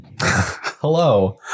Hello